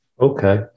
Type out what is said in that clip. Okay